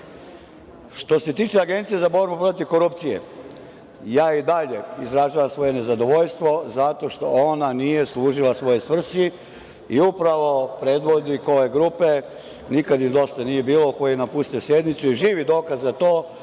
se tiče Agencije za borbu protiv korupcije, ja i dalje izražavam svoje nezadovoljstvo zato što ona nije služila svojoj svrsi i upravo predvodnik ove grupe „Nikad im dosta nije bilo“, koji je napustio sednicu, živi je dokaz za to,